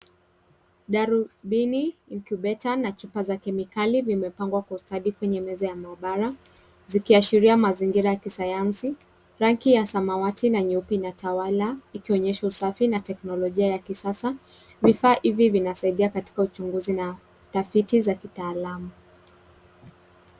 Darubini, incubator na chupa za kemikali vimepangwa kwa ustadi kwenye meza ya maabara zikiashiria mazingira ya kisayansi . Rangi ya samawati na nyeupe inatawala ikionyesha usafi na teknolojia ya kisasa. Vifaa hivi vinasaidia katika uchunguzi na utafiti za kitaalamu.